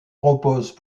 propose